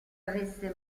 avesse